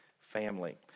family